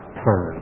turn